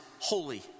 holy